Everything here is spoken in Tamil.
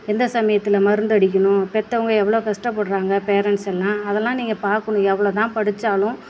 எந்த சமயத்தில் மருந்து அடிக்கணும் பெற்றவங்க எவ்வளோ கஷ்டப்பட்றாங்க பேரண்ட்ஸ் எல்லாம் அதெல்லாம் நீங்கள் பார்க்கணும் எவ்வளோ தான் படித்தாலும்